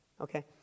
Okay